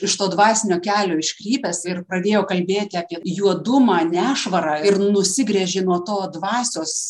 iš to dvasinio kelio iškrypęs ir pradėjo kalbėti apie juodumą nešvarą ir nusigręžė nuo to dvasios